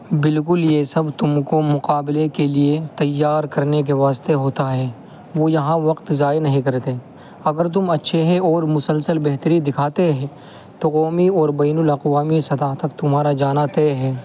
بالکل یہ سب تم کو مقابلے کے لیے تیار کرنے کے واسطے ہوتا ہے وہ یہاں وقت ضائع نہیں کرتے اگر تم اچھے ہیں اور مسلسل بہتری دکھاتے ہیں تو قومی اور بین الاقوامی سطح تک تمہارا جانا طے ہے